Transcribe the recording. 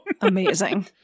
amazing